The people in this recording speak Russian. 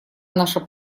наша